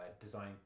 design